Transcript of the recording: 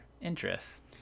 interests